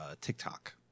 TikTok